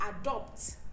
adopt